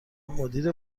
مدیر